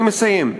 אני מסיים.